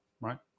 right